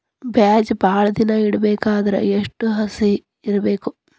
ಬೇಜ ಭಾಳ ದಿನ ಇಡಬೇಕಾದರ ಎಷ್ಟು ಹಸಿ ಇರಬೇಕು?